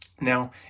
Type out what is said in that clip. Now